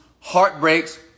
heartbreaks